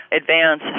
advance